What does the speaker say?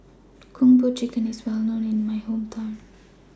Kung Po Chicken IS Well known in My Hometown